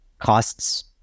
costs